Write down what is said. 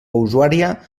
usuària